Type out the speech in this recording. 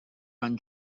van